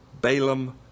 Balaam